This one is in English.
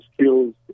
skills